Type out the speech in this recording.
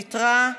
ויתרה,